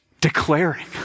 declaring